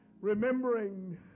Remembering